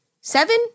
seven